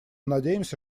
надеемся